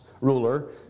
ruler